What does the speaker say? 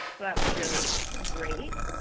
that was really great.